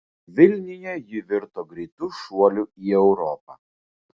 vilniuje ji virto greitu šuoliu į europą